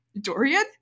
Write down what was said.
dorian